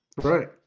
right